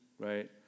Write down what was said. right